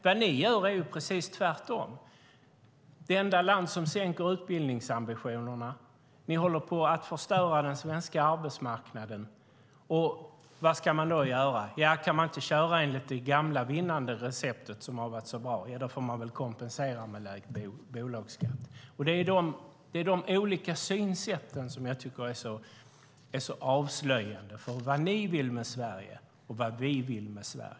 Vad ni gör är precis tvärtom. Sverige är det enda land som sänker utbildningsambitioner. Ni håller på att förstöra den svenska arbetsmarknaden. Vad ska man då göra? Kan man inte köra enligt det gamla vinnande receptet som har varit så bra får man väl kompensera med låg bolagsskatt. Det är de olika synsätten som är så avslöjande för vad ni vill med Sverige och vad vi vill med Sverige.